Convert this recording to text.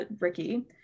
Ricky